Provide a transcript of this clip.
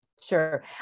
Sure